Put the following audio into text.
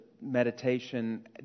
Meditation